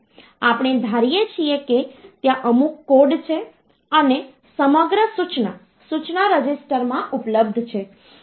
આપણે ધારીએ છીએ કે ત્યાં અમુક કોડ છે અને સમગ્ર સૂચના સૂચના રજિસ્ટરમાં ઉપલબ્ધ છે